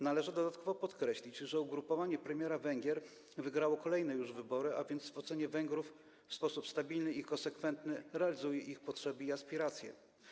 Należy dodatkowo podkreślić, że ugrupowanie premiera Węgier wygrało kolejne już wybory, a więc w ocenie Węgrów w sposób stabilny i konsekwentny realizuje ich potrzeby i aspiracje.